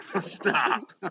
Stop